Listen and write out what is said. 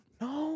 No